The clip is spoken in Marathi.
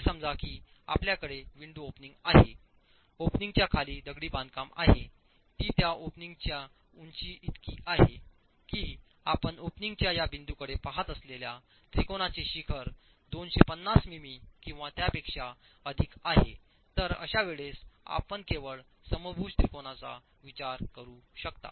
असे समजा की आपल्याकडे विंडो ओपनिंग आहे ओपनिंगच्या खाली दगडी बांधकाम आहे ती त्या ओपनिंगची उंची इतकी आहे की आपण ओपनिंगच्या या बिंदूकडे पहात असलेल्या त्रिकोणाचे शिखर 250 मिमी किंवा त्यापेक्षा अधिक आहे तर अशा वेळेस आपण केवळ समभुज त्रिकोणाचा विचार करू शकता